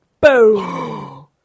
Boom